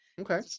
Okay